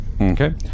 Okay